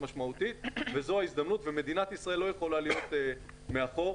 משמעותית וזו ההזדמנות ומדינת ישראל לא יכולה להיות מאחור.